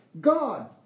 God